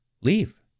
leave